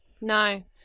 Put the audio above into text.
no